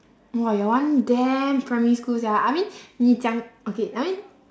!wah! your one damn primary school sia I mean 你讲 okay I mean